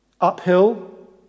uphill